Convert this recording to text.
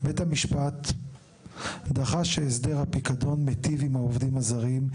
בית המשפט דחה שהסדר הפיקדון מיטיב עם העובדים הזרים,